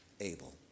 able